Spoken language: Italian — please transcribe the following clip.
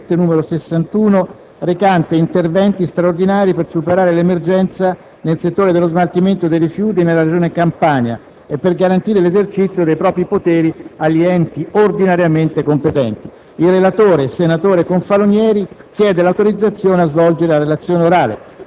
finestra") ***Conversione in legge del decreto-legge 11 maggio 2007, n. 61, recante interventi straordinari per superare l'emergenza nel settore dello smaltimento dei rifiuti nella regione Campania e per garantire l'esercizio dei propri poteri agli enti ordinariamente competenti***